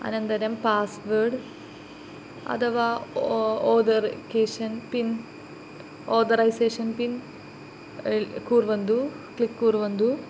अनन्तरं पास्वर्ड् अथवा authorization PIN authorization PIN कूर्वन्तु क्लिक् कूर्वन्तु